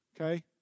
Okay